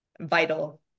vital